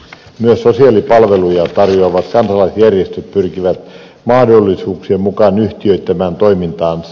myös sosiaalipalveluja tarjoavat kansalaisjärjestöt pyrkivät mahdollisuuksien mukaan yhtiöittämään toimintaansa